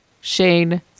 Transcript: shane